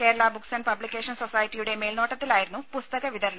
Kerala books and publication സൊസൈറ്റിയുടെ മേൽനോട്ടത്തിലായിരുന്നു പുസ്തക വിതരണം